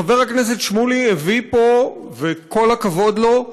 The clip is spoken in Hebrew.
חבר הכנסת שמולי הביא פה, וכל הכבוד לו,